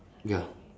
ya